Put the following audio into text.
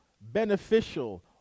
beneficial